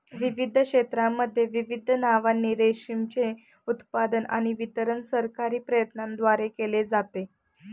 विविध क्षेत्रांमध्ये विविध नावांनी रेशीमचे उत्पादन आणि वितरण सरकारी प्रयत्नांद्वारे केले जाते